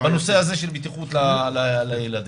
בנושא של בטיחות הילדים.